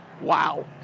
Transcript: Wow